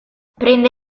prende